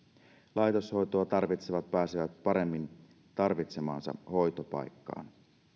laitoshoitoa tarvitsevat pääsevät paremmin tarvitsemaansa hoitopaikkaan